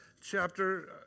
chapter